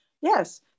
Yes